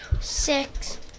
six